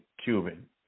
Cuban